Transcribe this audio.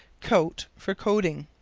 coat for coating.